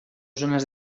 zones